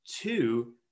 Two